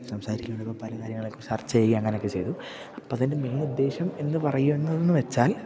സംസാരിക്കുകയുണ്ടായപ്പം പല കാര്യങ്ങളെക്കുറിച്ച് ചർച്ച ചെയ്യുക അങ്ങനെയൊക്കെ ചെയ്തു അപ്പോള് അതിൻ്റെ മെയിന് ഉദ്ദേശമെന്ന് പറയുന്നതെന്നുവെച്ചാൽ